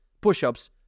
push-ups